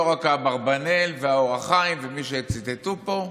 לא רק אברבנאל והאורח חיים ומי שציטטו פה,